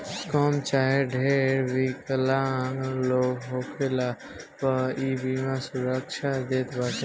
कम चाहे ढेर विकलांग होखला पअ इ बीमा सुरक्षा देत बाटे